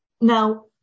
Now